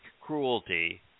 cruelty